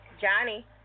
Johnny